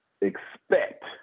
expect